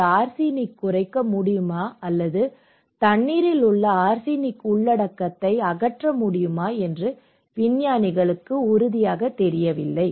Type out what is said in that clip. இது ஆர்சனிக் குறைக்க முடியுமா அல்லது தண்ணீரில் உள்ள ஆர்சனிக் உள்ளடக்கத்தை அகற்ற முடியுமா என்று விஞ்ஞானிகள் உறுதியாக தெரியவில்லை